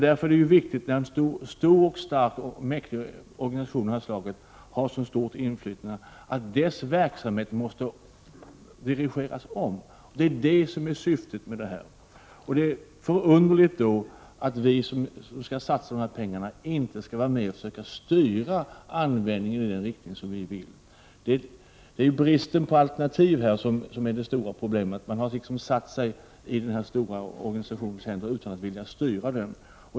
Därför är det viktigt att verksamheten hos denna stora och starka organisation som har så stort inflytande dirigeras om. Det är förunderligt att vi som skall satsa dessa pengar inte försöker styra användningen av pengarna i den riktning som vi vill att de skall användas. Det är bristen på alternativ som är det stora problemet. Man har så att säga satt sig i den här stora organisationens händer utan att vilja styra.